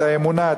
את האמונה,